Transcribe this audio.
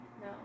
No